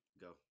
Go